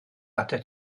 atat